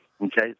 Okay